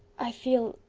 i feel.